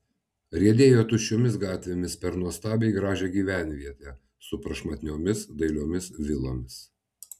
riedėjo tuščiomis gatvėmis per nuostabiai gražią gyvenvietę su prašmatniomis dailiomis vilomis